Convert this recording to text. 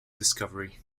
discovery